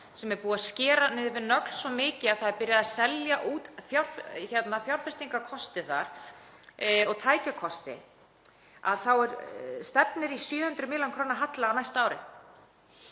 sem er búið að skera við nögl svo mikið að þar er byrjað að selja út fjárfestingarkosti og tækjakost, að það stefnir í 700 millj. kr. halla á næsta ári